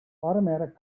automatic